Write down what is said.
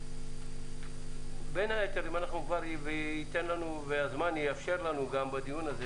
אם הזמן יאפשר לנו בדיון הזה,